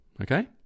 okay